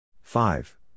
Five